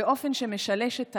באופן שמשלש את הערים.